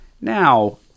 now